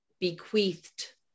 bequeathed